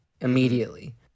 immediately